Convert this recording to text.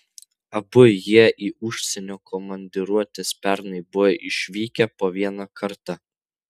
abu jie į užsienio komandiruotes pernai buvo išvykę po vieną kartą